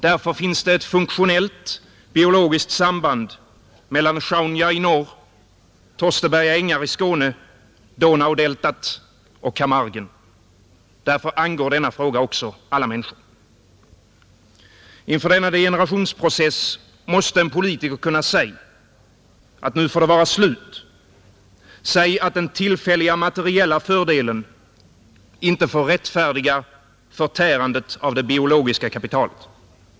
Därför finns det ett funktionellt, biologiskt samband mellan Sjaunja i norr, Tosteberga ängar i Skåne, Donaudeltat och Camargue. Därför angår denna fråga också alla människor. Inför denna degenerationsprocess måste en politiker kunna säga, att nu måste det vara slut, säga att den tillfälliga materiella fördelen inte får rättfärdiga förtärandet av det biologiska kapitalet.